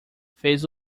fez